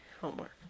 Homework